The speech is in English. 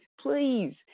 please